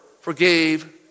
forgave